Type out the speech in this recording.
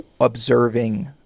observing